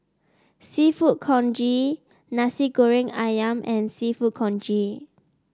seafood congee Nasi Goreng ayam and seafood congee